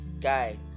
guy